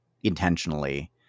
intentionally